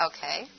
Okay